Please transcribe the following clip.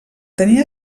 tenia